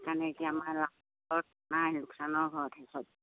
সেইকাৰণে এতিয়া আমাৰ লাভত নাই লোকচানৰ ঘৰতহে চব